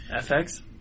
FX